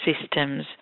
systems